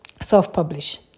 self-publish